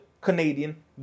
Canadian